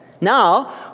Now